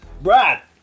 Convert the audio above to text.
Brad